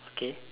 okay